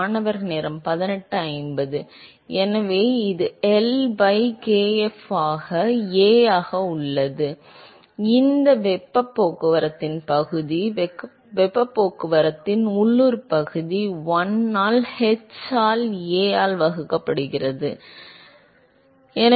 மாணவர் எனவே இது எல் பை kf ஆக A ஆக உள்ளது இது வெப்பப் போக்குவரத்தின் பகுதி வெப்பப் போக்குவரத்தின் உள்ளூர் பகுதி 1 ஆல் h ஆல் A ஆக வகுக்கப்படுகிறது வலது